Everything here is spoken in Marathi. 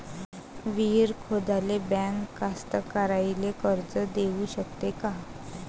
विहीर खोदाले बँक कास्तकाराइले कर्ज देऊ शकते का?